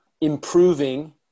improving